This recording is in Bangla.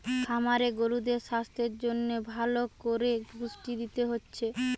খামারে গরুদের সাস্থের জন্যে ভালো কোরে পুষ্টি দিতে হচ্ছে